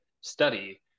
study